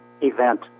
event